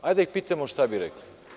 Hajde da ih pitamo – šta bi rekli?